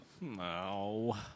No